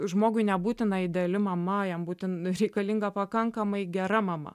žmogui nebūtina ideali mama jam būtinai reikalinga pakankamai gera mama